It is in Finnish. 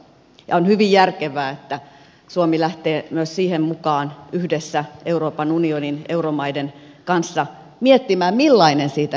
on hyvin järkevää että suomi lähtee myös siihen mukaan yhdessä euroopan unionin euromaiden kanssa miettimään millainen siitä järjestelmästä tulee